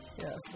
Yes